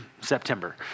September